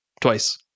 twice